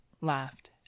laughed